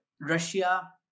Russia